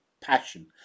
passion